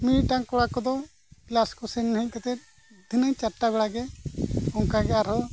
ᱢᱤᱼᱢᱤᱫᱴᱟᱝ ᱠᱚᱲᱟ ᱠᱚᱫᱚ ᱠᱞᱟᱥ ᱠᱚ ᱥᱮᱱ ᱦᱮᱡ ᱠᱟᱛᱮᱫ ᱫᱷᱤᱱᱟᱹᱝ ᱪᱟᱨᱴᱟ ᱵᱮᱲᱟ ᱜᱮ ᱚᱱᱠᱟᱜᱮ ᱟᱨᱦᱚᱸ